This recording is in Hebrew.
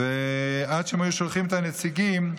עד שהם היו שולחים את הנציגים,